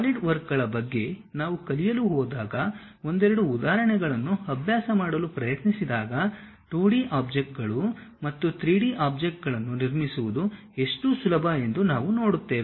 ಸಾಲಿಡ್ವರ್ಕ್ಗಳ ಬಗ್ಗೆ ನಾವು ಕಲಿಯಲು ಹೋದಾಗ ಒಂದೆರಡು ಉದಾಹರಣೆಗಳನ್ನು ಅಭ್ಯಾಸ ಮಾಡಲು ಪ್ರಯತ್ನಿಸಿದಾಗ 2D ಆಬ್ಜೆಕ್ಟ್ಗಳು ಮತ್ತು 3D ಆಬ್ಜೆಕ್ಟ್ಗಳನ್ನು ನಿರ್ಮಿಸುವುದು ಎಷ್ಟು ಸುಲಭ ಎಂದು ನಾವು ನೋಡುತ್ತೇವೆ